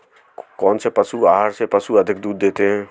कौनसे पशु आहार से पशु अधिक दूध देते हैं?